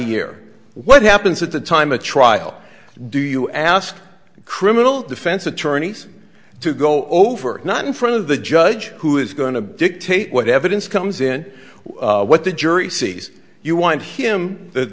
year what happens at the time of trial do you ask criminal defense attorneys to go over not in front of the judge who is going to dictate what evidence comes in what the jury sees you want him the